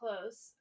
close